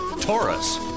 Taurus